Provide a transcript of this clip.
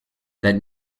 that